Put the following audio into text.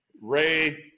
Ray